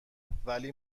ولی